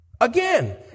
Again